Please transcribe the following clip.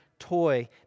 toy